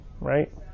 right